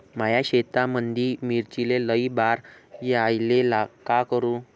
माया शेतामंदी मिर्चीले लई बार यायले का करू?